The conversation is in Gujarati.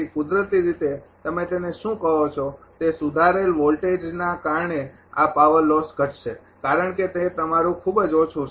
તેથી કુદરતી રીતે તમે તેને શું કહો છો તે સુધારેલ વોલ્ટેજને કારણે આ પાવર લોસ ઘટશે કારણ કે તે તમારું ખૂબ જ ઓછું છે